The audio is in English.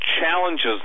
challenges